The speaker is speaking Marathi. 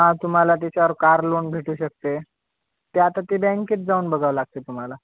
हा तुम्हाला त्याच्यावर कार लोन भेटू शकते ते आता ते बँकेत जाऊन बघावं लागते तुम्हाला